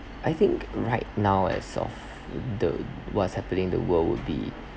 I think right now as of the what's happening the world would be